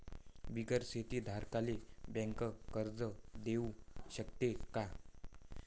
बिगर शेती धारकाले बँक कर्ज देऊ शकते का?